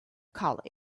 colic